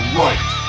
right